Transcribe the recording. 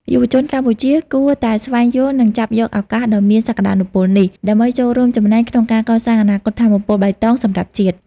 យុវជនកម្ពុជាគួរតែស្វែងយល់ និងចាប់យកឱកាសដ៏មានសក្តានុពលនេះ ដើម្បីចូលរួមចំណែកក្នុងការកសាងអនាគតថាមពលបៃតងសម្រាប់ជាតិ។